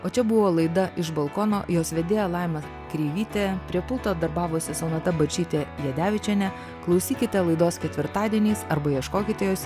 o čia buvo laida iš balkono jos vedėja laima kreivytė prie pulto darbavosi sonata bačytė jadevičienė klausykite laidos ketvirtadieniais arba ieškokite jos